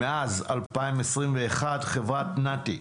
מאז 2021 חברת נת"י,